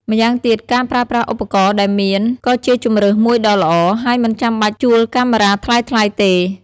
ម្យ៉ាងទៀតការប្រើប្រាស់ឧបករណ៍ដែលមានក៏ជាជម្រើសមួយដ៏ល្អ ហើយមិនចាំបាច់ជួលកាមេរ៉ាថ្លៃៗទេ។